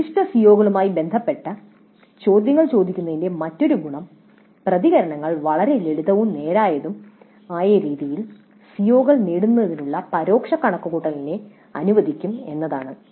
നിർദ്ദിഷ്ട സിഒകളുമായി ബന്ധപ്പെട്ട ചോദ്യങ്ങൾ ചോദിക്കുന്നതിന്റെ മറ്റൊരു ഗുണം പ്രതികരണങ്ങൾ വളരെ ലളിതവും നേരായതുമായ രീതിയിൽ സിഒകൾ നേടുന്നതിനുള്ള പരോക്ഷ കണക്കുകൂട്ടലിനെ അനുവദിക്കും എന്നതാണ്